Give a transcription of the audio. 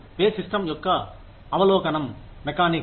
pay system యొక్క అవలోకనం mechanics